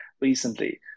recently